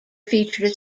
featured